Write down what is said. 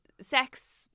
sex